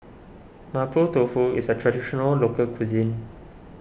Mapo Tofu is a Traditional Local Cuisine